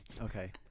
Okay